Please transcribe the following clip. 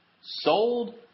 sold